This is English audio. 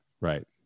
Right